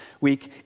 week